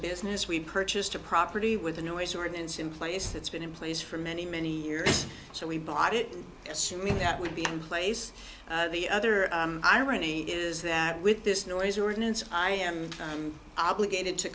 business we've purchased a property with a noise ordinance in place that's been in place for many many years so we bought it assuming that would be in place the other irony is that with this noise ordinance i am obligated to